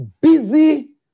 busy